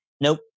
nope